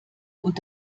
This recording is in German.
und